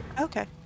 Okay